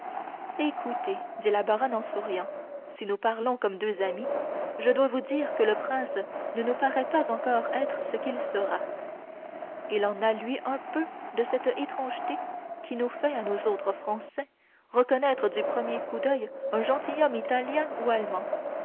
écoutez dit la baronne en souriant si nous parlons comme deux amies je dois vous dire que le prince ne nous paraît pas encore être ce qu'il sera il a en lui un peu de cette étrangeté qui nous fait à nous autres français reconnaître du premier coup d'oeil un gentilhomme italien ou